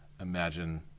imagine